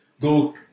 go